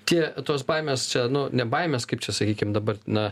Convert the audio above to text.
tie tos baimės čia nu ne baimės kaip čia sakykim dabar na